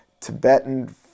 Tibetan